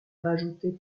rajoutées